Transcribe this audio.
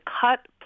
cut